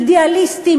אידיאליסטים,